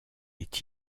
est